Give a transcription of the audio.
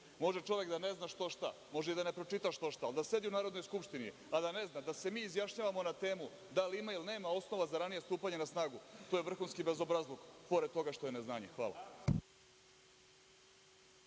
Može čovek da ne zna što šta, može i da ne pročita što šta, ali da sedi u Narodnoj skupštini a da ne zna da se mi izjašnjavamo na temu da li ima ili nema osnova za ranije stupanje na snagu to je vrhunski bezobrazluk, pored toga što je neznanje. Hvala.